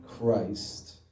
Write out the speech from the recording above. Christ